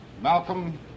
Malcolm